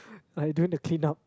like I doing the clean up